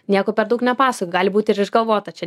nieko per daug nepasakok gali būti ir išgalvota čia